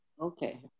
Okay